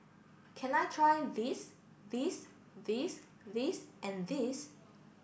can I try this this this this and this